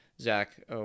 Zach